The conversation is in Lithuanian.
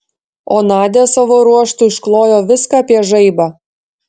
o nadia savo ruožtu išklojo viską apie žaibą